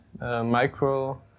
Micro